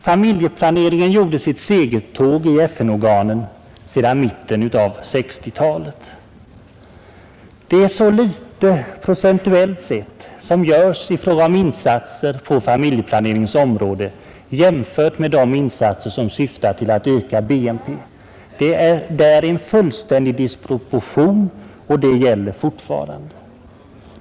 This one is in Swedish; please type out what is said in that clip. Familjeplaneringen har gjort sitt segertåg i FN-organen sedan mitten av 1960-talet. Men det är så litet procentuellt sett som görs i fråga om insatser på familjeplaneringens område jämfört med de insatser som syftar till att öka BNP. Där råder en fullständig disproportion i satsningarna.